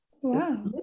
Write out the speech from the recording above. Wow